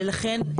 ולכן,